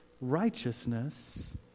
righteousness